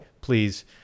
please